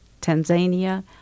Tanzania